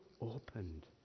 opened